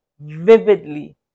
vividly